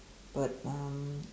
but um